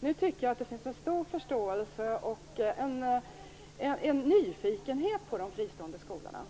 Nu finns det en stor förståelse för och en nyfikenhet på de fristående skolorna.